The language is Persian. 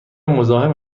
مزاحم